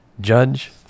Judge